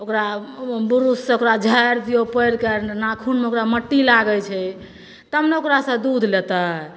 ओकरा ओ बुरुस सऽ ओकरा झारि दियौ पएरके नाखुनमे ओकरा मट्टी लागै छै तब ने ओकरा सऽ दूध लेतै